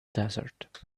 desert